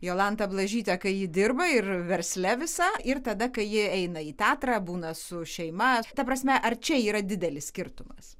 jolantą blažytę kai ji dirba ir versle visa ir tada kai ji eina į teatrą būna su šeima ta prasme ar čia yra didelis skirtumas